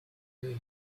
pay